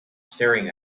staring